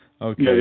Okay